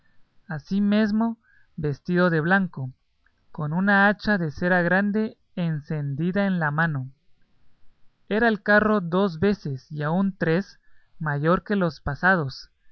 luz asimesmo vestido de blanco con una hacha de cera grande encendida en la mano era el carro dos veces y aun tres mayor que los pasados